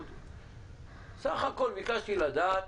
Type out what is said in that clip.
סך הכול ביקשתי לדעת